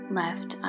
left